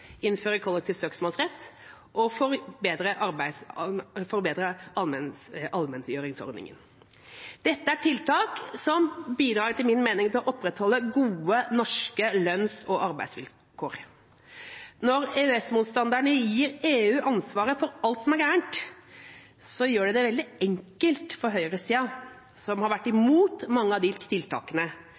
innføre kollektiv søksmålsrett og til å forbedre allmenngjøringsordningen. Dette er tiltak som etter min mening bidrar til å opprettholde gode norske lønns- og arbeidsvilkår. Når EØS-motstanderne gir EU ansvaret for alt som er galt, gjør de det veldig enkelt for høyresiden, som har vært imot mange av de tiltakene